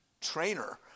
trainer